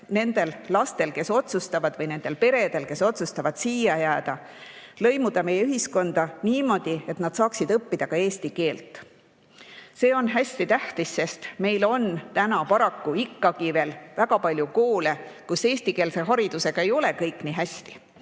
nendel lastel ja nende peredel, kes otsustavad siia jääda, lõimuda meie ühiskonda niimoodi, et nad saaksid õppida eesti keelt. See on hästi tähtis, sest meil on täna paraku ikkagi veel väga palju koole, kus eestikeelse haridusega ei ole kõik nii hästi.